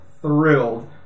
thrilled